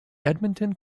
edmonton